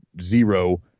zero